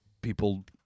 people